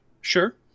sure